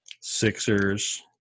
Sixers